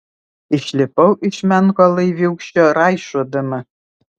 išlipau iš menko laiviūkščio raišuodama